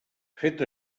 fet